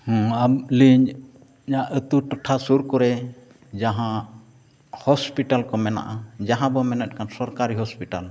ᱟᱹᱞᱤᱧᱟᱜ ᱟᱹᱛᱩ ᱴᱚᱴᱷᱟ ᱥᱩᱨ ᱠᱚᱨᱮ ᱡᱟᱦᱟᱸ ᱦᱚᱥᱯᱤᱴᱟᱞ ᱠᱚ ᱢᱮᱱᱟᱜᱼᱟ ᱡᱟᱦᱟᱸᱵᱚᱱ ᱢᱮᱱᱮᱫ ᱠᱟᱱ ᱥᱚᱨᱠᱟᱨᱤ ᱦᱚᱥᱯᱤᱴᱟᱞ